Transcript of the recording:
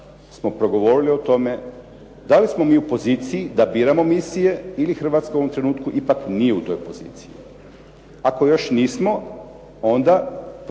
smo progovorili o tome da li smo mi u poziciji da biramo misije ili Hrvatska u ovom trenutku ipak nije u toj poziciji. Ako još nismo, onda pro